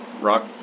Rock